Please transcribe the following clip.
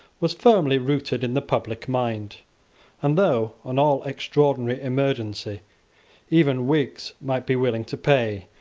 was firmly rooted in the public mind and though, on all extraordinary emergency even whigs might be willing to pay,